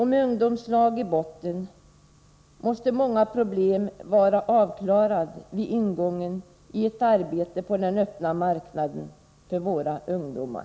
Med ungdomslag i botten kommer många problem att vara avklarade vid ingången i ett arbete på den öppna marknaden för våra ungdomar.